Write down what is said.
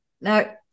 Now